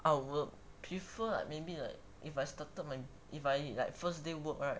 I would prefer maybe like if I started my if I like first day work right